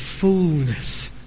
fullness